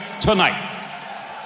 tonight